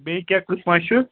بیٚیہِ کیٛاہ قٕسما چھُ